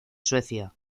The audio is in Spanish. suecia